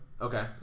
okay